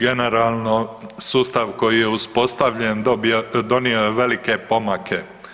Generalno, sustav koji je uspostavljen, donio je velike pomake.